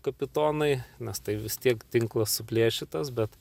kapitonai nes tai vis tiek tinklas suplėšytas bet